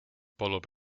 palub